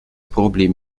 problem